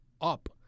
up